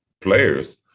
players